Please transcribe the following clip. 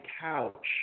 couch –